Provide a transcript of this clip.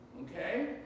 Okay